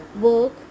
work